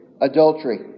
adultery